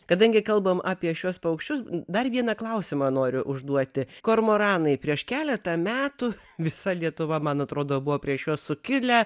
kadangi kalbam apie šiuos paukščius dar vieną klausimą noriu užduoti kormoranai prieš keletą metų visa lietuva man atrodo buvo prieš juos sukilę